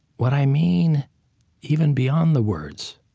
what i mean even beyond the words.